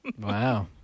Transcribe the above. Wow